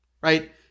right